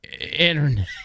internet